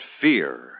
fear